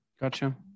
Gotcha